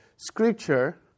Scripture